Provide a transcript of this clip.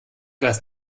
lass